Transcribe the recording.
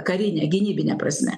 karine gynybine prasme